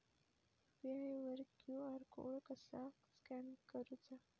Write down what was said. UPI वर QR code कसा scan करूचा?